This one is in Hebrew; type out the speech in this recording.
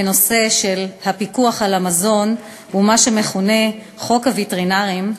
בנושא של הפיקוח על המזון ומה שמכונה חוק הווטרינרים,